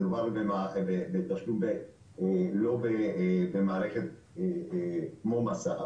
מדובר על תשלום לא במערכת כמו מס"ב.